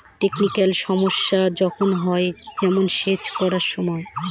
technical সমস্যা যখন হয়, যেমন সেচ করার সময়